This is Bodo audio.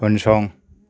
उनसं